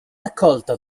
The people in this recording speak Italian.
accolta